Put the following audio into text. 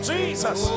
Jesus